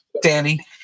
Danny